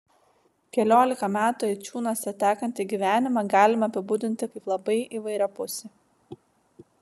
keliolika metų eičiūnuose tekantį gyvenimą galima apibūdinti kaip labai įvairiapusį